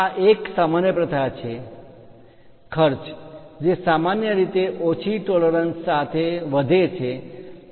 આ એક સામાન્ય પ્રથા છે ખર્ચ જે સામાન્ય રીતે ઓછી ટોલરન્સ પરિમાણ માં માન્ય તફાવત સાથે વધે છે